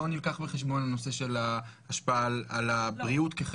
לא נלקח בחשבון הנושא של ההשפעה על הבריאות.